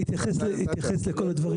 אני אתייחס לכל הדברים.